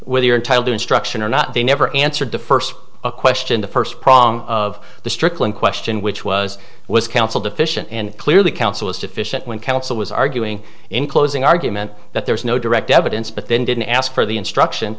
whether you are entitled instruction or not they never answered the first question the first prong of the strickland question which was was counsel deficient and clearly counsel was deficient when counsel was arguing in closing argument that there was no direct evidence but then didn't ask for the instruction